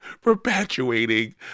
perpetuating